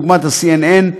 דוגמת ה-CNN,